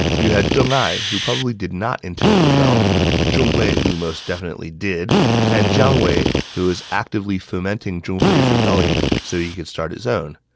you had deng ai, who probably did not intend to rebel zhong hui, who most definitely did and jiang wei, who was actively fomenting zhong hui's rebellion so he could start his own.